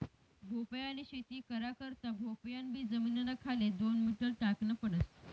भोपयानी शेती करा करता भोपयान बी जमीनना खाले दोन मीटर टाकन पडस